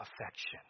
affection